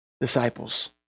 disciples